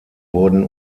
wurden